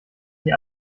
sie